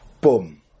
Boom